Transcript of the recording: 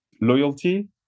loyalty